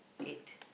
eight